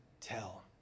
tell